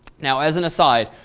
now, as an aside,